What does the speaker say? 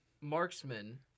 marksman